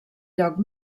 lloc